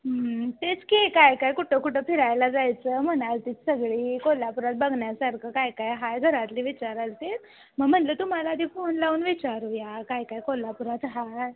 हं तेच की काय काय कुठं कुठं फिरायला जायचं म्हणायलीतीत सगळी कोल्हापुरात बघण्यासारखं काय काय आहे घरातले विचारायलतीत मग म्हणलं तुम्हाला आधी फोन लावून विचारूया काय काय कोल्हापुरात आहे